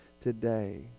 today